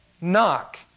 Knock